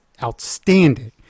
outstanding